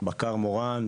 בקר מורן,